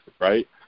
right